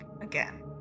again